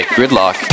Gridlock